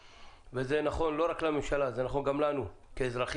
וזה נכון לא רק לממשלה, זה נכון גם לנו כאזרחים,